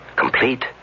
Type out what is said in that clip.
Complete